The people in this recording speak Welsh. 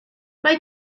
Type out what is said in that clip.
mae